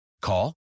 Call